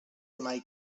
mai